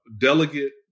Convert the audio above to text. delegate